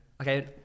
okay